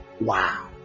Wow